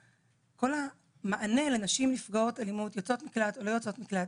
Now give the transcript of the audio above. כל המענה לנשים נפגעות אלימות יוצאות מקלט או לא יוצאות מקלט